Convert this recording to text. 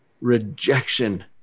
rejection